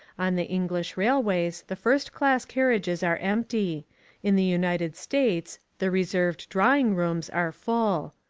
on the english railways the first class carriages are empty in the united states the reserved drawingrooms are full.